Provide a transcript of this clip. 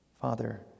Father